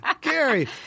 Gary